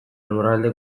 lurralde